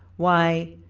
why,